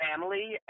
family